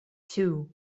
too